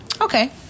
Okay